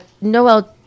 Noel